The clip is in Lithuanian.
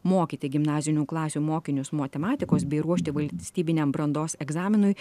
mokyti gimnazinių klasių mokinius matematikos bei ruošti valstybiniam brandos egzaminui